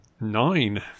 Nine